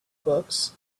books